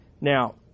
Now